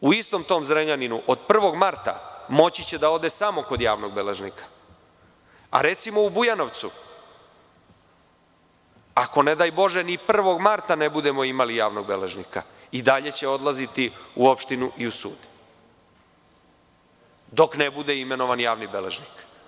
U istom tom Zrenjaninu od 1. marta moći će da ode samo kod javnog beležnika, a recimo u Bujanovcu, ako ne daj bože, ni 1. marta ne budemo imali javnog beležnika i dalje će odlaziti u opštinu i u sud dok ne bude imenovan javni beležnik.